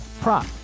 prop